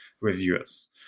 reviewers